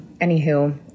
anywho